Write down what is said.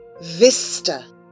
Vista